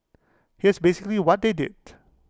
here's basically what they did